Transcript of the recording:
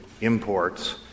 imports